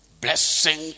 blessing